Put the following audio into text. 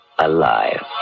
Alive